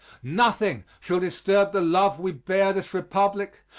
nothing shall disturb the love we bear this republic,